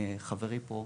חברי פה,